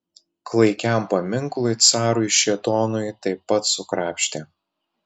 klaikiam paminklui carui šėtonui taip pat sukrapštė